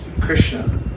Krishna